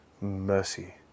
mercy